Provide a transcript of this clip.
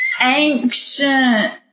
Ancient